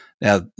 Now